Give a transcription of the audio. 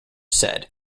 said